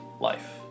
life